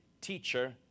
teacher